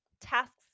tasks